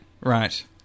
Right